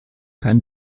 kein